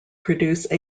produce